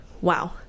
wow